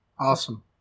Awesome